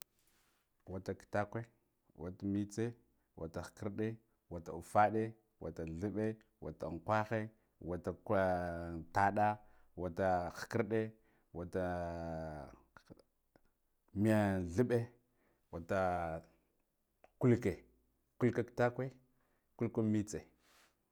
Wata kitakwe wata mitse, wata khakardi wata ufade, wata nthabbe, watan kwahe, weatan kwan taddah wata khakidi, watta meyan, thabbe watta kulki kulkwe kitakwe